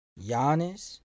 Giannis